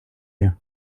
you